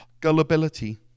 gullibility